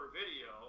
video